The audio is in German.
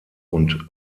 und